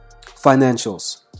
Financials